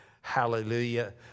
Hallelujah